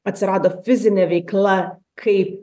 atsirado fizinė veikla kaip